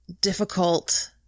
difficult